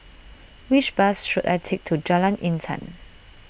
which bus should I take to Jalan Intan